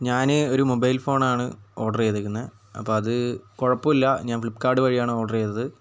ഞാൻ ഒരു mobile phone ആണ് ഓര്ഡര് ചെയ്തിരിക്കുന്നത് അപ്പോൾ അതു കുഴപ്പമില്ല ഞാന് ഫ്ലിപ്പ്കാര്ട്ട് വഴിയാണ് ഓര്ഡര് ചെയ്തത്